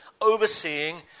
overseeing